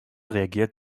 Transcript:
reagiert